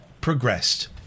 progressed